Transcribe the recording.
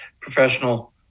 professional